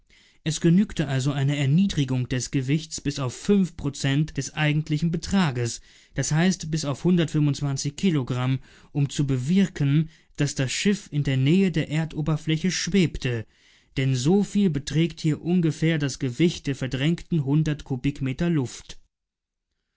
es genügte also eine erniedrigung des gewichts bis auf fünf prozent des eigentlichen betrages das heißt bis auf kilogramm um zu bewirken daß das schiff in der nähe der erdoberfläche schwebte denn soviel beträgt hier ungefähr das gewicht der verdrängten hundert kubikmeter luft